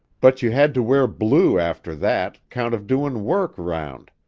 but you had to wear blue after that, count of doin work round.